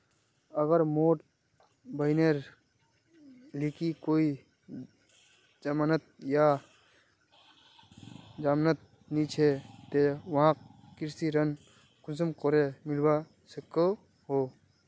अगर मोर बहिनेर लिकी कोई जमानत या जमानत नि छे ते वाहक कृषि ऋण कुंसम करे मिलवा सको हो?